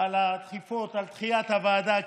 הדחיפות ודחיית הוועדה,